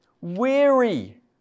weary